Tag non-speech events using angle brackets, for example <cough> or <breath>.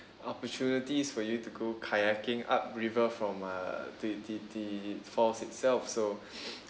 opportunities for you to go kayaking up river from uh the the the falls itself so <breath>